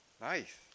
nice